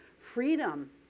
freedom